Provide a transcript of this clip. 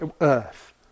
earth